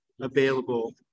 available